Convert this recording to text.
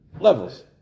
levels